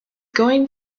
going